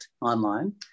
online